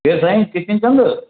केरु साईं किशन चंद